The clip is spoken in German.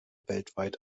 weltweit